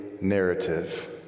narrative